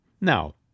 Now